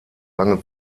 lange